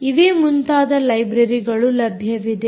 js ಇವೇ ಮುಂತಾದ ಲೈಬ್ರರೀಗಳು ಲಭ್ಯವಿದೆ